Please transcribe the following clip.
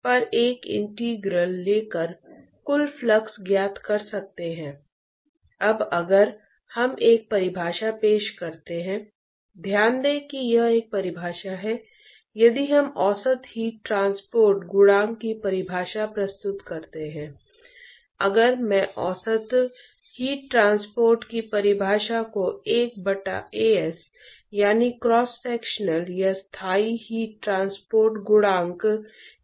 हर समय गोरी समीकरणों को हल करने के बजाय यदि हम यह पता लगा सकें कि शुद्ध हीट ट्रांसपोर्ट गुणांक क्या है तो यह कुछ प्रकार की समस्याओं को हल करने में बहुत सुविधाजनक हो जाता है